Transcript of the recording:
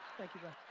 thank you bro.